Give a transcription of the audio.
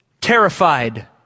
terrified